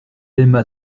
aima